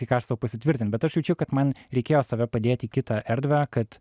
kai ką sau pasitvirtint bet aš jaučiu kad man reikėjo save padėt į kitą erdvę kad